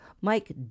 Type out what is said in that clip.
Mike